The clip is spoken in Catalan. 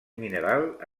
mineral